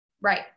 Right